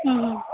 ಹ್ಞೂ ಹ್ಞೂ